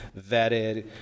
vetted